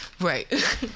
Right